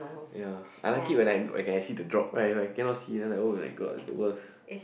ya I like it when I when can see the drop when I cannot see then like [oh]-my-god it's the worst